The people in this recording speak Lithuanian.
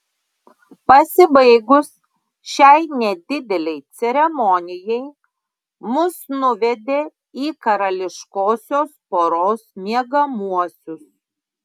pasibaigus šiai nedidelei ceremonijai mus nuvedė į karališkosios poros miegamuosius